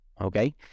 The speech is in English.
okay